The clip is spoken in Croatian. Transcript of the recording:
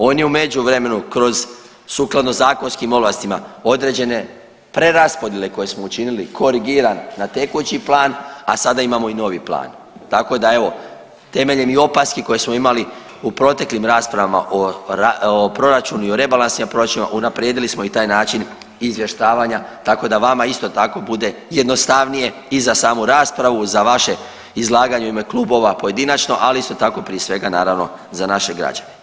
On je u međuvremenu sukladno zakonskim ovlastima određene preraspodjele koje smo učinili korigiran na tekući plan, a sada imamo i novi plan, tako da evo temeljem i opaski koje smo imali u proteklim rasprava o proračunu i rebalansima proračuna unaprijedili smo i taj način izvještavanja, tako da vama isto tako bude jednostavnije i za samu raspravu, za vaše izlaganje u ime klubova pojedinačno, ali isto tako prije svega naravno za naše građane.